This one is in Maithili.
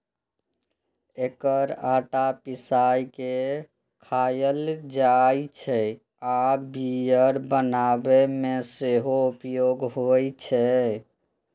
एकर आटा पिसाय के खायल जाइ छै आ बियर बनाबै मे सेहो उपयोग होइ छै